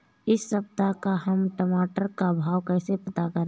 इस सप्ताह का हम टमाटर का भाव कैसे पता करें?